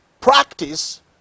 practice